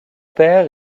père